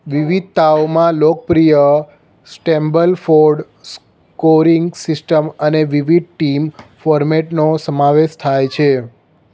વિવિધતાઓમાં લોકપ્રિય Stableford scoring system અને વિવિધ ટીમ ફોર્મેટનો સમાવેશ થાય છે